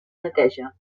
neteja